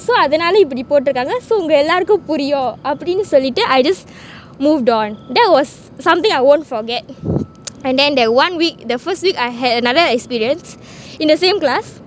so உங்க எல்லாருக்கும் புரியும் அப்பிடீனு சொல்லிட்டு:unga ellarukkum puriyum apdeenu sollittu I just moved on that was something I won't forget and then that one week the first week I had another experience in the same class